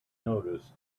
noticed